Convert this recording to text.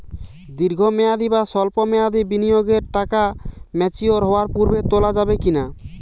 দীর্ঘ মেয়াদি বা সল্প মেয়াদি বিনিয়োগের টাকা ম্যাচিওর হওয়ার পূর্বে তোলা যাবে কি না?